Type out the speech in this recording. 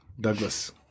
Douglas